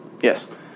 Yes